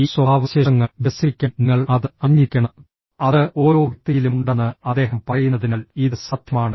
ഈ സ്വഭാവവിശേഷങ്ങൾ വികസിപ്പിക്കാൻ നിങ്ങൾ അത് അറിഞ്ഞിരിക്കണം അത് ഓരോ വ്യക്തിയിലും ഉണ്ടെന്ന് അദ്ദേഹം പറയുന്നതിനാൽ ഇത് സാധ്യമാണ്